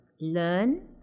learn